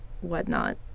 whatnot